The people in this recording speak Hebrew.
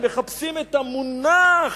הם מחפשים את המונח